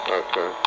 okay